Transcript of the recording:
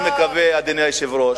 אני מקווה, אדוני היושב-ראש,